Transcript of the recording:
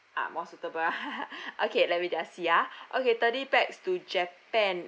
ah more suitable okay let me just see ah okay thirty pax to japan